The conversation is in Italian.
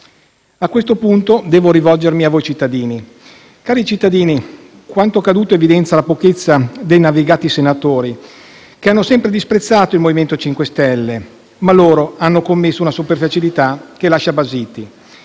A questo punto devo rivolgermi ai voi cittadini: cari cittadini, quanto accaduto evidenzia la pochezza dei navigati senatori, che hanno sempre disprezzato il Movimento 5 Stelle, ma hanno commesso una superficialità che lascia basiti.